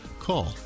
Call